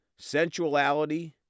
sensuality